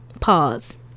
pause